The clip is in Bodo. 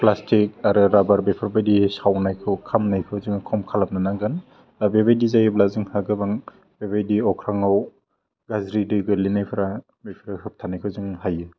प्लास्टिक आरो राभार बेफोरबायदि सावनायखौ खामनायखौ जोङो खम खालामनो नांगोन आह बेबायदि जायोब्ला जोंहा गोबां बेबायदि अख्राङाव गाज्रि दै गोलैनायफ्रा बेफोर होबथानायखौ जों हायो